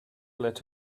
let